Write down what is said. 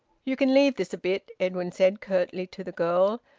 you can leave this a bit, edwin said curtly to the girl,